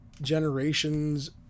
generations